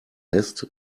lässt